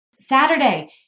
Saturday